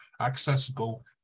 accessible